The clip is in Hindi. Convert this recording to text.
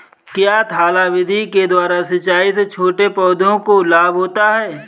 क्या थाला विधि के द्वारा सिंचाई से छोटे पौधों को लाभ होता है?